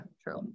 True